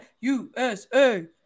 USA